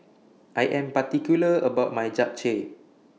I Am particular about My Japchae